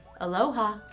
Aloha